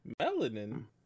Melanin